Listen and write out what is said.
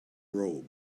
robe